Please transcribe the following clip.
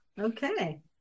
Okay